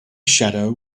shadow